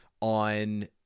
on